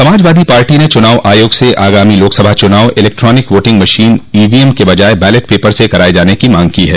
Samajwadi party ने न चुनाव आयोग से आगामी लोकसभा चुनाव इलेक्ट्रानिक वोटिंग मशीन ईवीएम के बजाय बैलेट पेपर से कराने की मांग की है